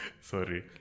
sorry